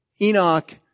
Enoch